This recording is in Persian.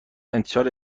انتشار